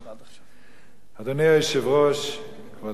אדוני היושב-ראש, כבוד השר, כבוד השרים,